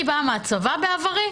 אני באה מהצבא בעברי,